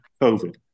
COVID